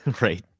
Right